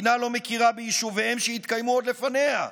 המדינה לא מכירה ביישוביהם, שהתקיימו עוד לפניה.